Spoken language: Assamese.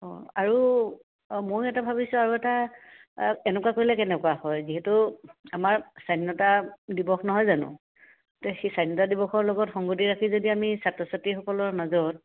অঁ আৰু অঁ মইয়ো এটা ভাবিছোঁ আৰু এটা এনেকুৱা কৰিলে কেনেকুৱা হয় যিহেতু আমাৰ স্বাধীনতা দিৱস নহয় জানো এতিয়া সেই স্বাধীনতা দিৱসৰ লগত সংগতি ৰাখি যদি আমি ছাত্ৰ ছাত্ৰীসকলৰ মাজত